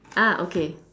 ah okay